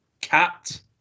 Cat